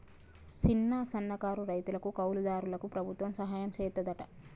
సిన్న, సన్నకారు రైతులకు, కౌలు దారులకు ప్రభుత్వం సహాయం సెత్తాదంట